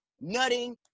nutting